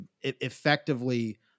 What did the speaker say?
effectively